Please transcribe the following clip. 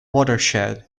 watershed